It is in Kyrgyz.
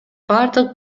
бардык